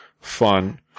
fun